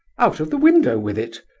out of the window with it!